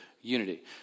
unity